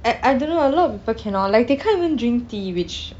I I don't know a lot people cannot like they can't even drink tea which